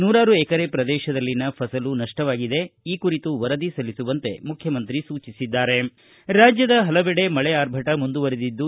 ನೂರಾರು ಎಕರೆ ಪ್ರದೇಶದಲ್ಲಿನ ಫಸಲು ನಷ್ಷವಾಗಿದೆ ಈ ಕುರಿತು ವರದಿ ಸಲ್ಲಿಸುವಂತೆ ಮುಖ್ಯಮಂತ್ರಿ ಸೂಚಿಸಿದ್ದಾರೆ ರಾಜ್ಯದ ಹಲವೆಡೆ ಮಳೆ ಆರ್ಭಟ ಮುಂದುವರಿದಿದ್ದು